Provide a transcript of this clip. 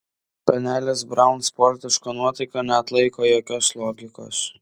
panelės braun sportiška nuotaika neatlaiko jokios logikos